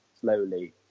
slowly